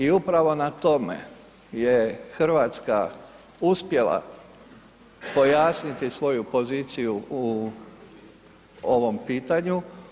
I upravo na tome je Hrvatska uspjela pojasniti svoju poziciju u ovom pitanju.